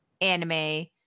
anime